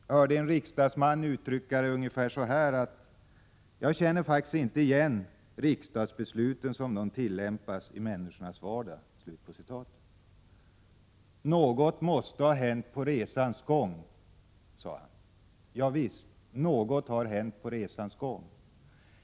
Jag hörde en riksdagsman uttrycka sig ungefär så här: Jag känner faktiskt inte igen riksdagsbesluten som de tillämpas i människornas vardag. Något måste ha hänt på resans gång, sade han. Ja visst, något har hänt på resans gång.